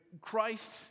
Christ